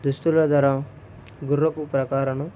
దుస్తుల ధర గుర్రపు ప్రకారంను